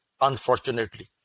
unfortunately